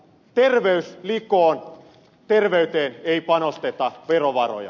terveys likoon terveyteen ei panosteta verovaroja